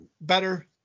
better